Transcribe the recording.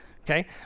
Okay